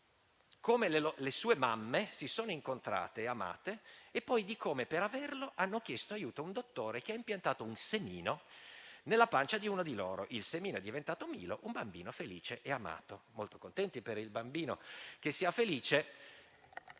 come le sue mamme si sono incontrate e amate e poi di come, per averlo, hanno chiesto aiuto un dottore che ha impiantato un semino nella pancia di una di loro. Il semino è diventato Milo, un bambino felice e amato. Siamo molto contenti che il bambino sia felice.